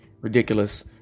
ridiculous